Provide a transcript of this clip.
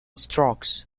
strokes